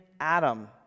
Adam